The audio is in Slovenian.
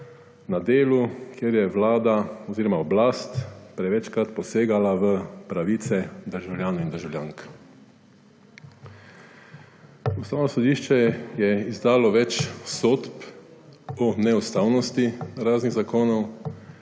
na delu, kjer je oblast prevečkrat posegala v pravice državljank in državljanov. Ustavno sodišče je izdalo več sodb o neustavnosti raznih zakonov